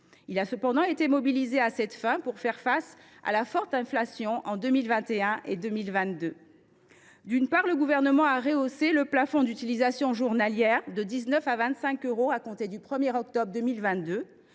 Il a cependant été mobilisé à cette fin pour faire face à la forte inflation en 2021 et en 2022. D’une part, le Gouvernement a rehaussé le plafond d’utilisation journalière de 19 euros à 25 euros à compter du 1 octobre 2022.